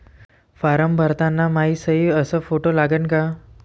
Form भरताना मायी सयी अस फोटो लागन का?